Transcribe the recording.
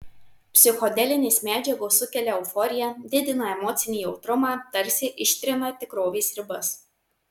psichodelinės medžiagos sukelia euforiją didina emocinį jautrumą tarsi ištrina tikrovės ribas